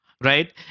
right